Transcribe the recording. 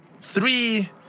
three